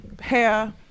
hair